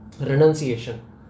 renunciation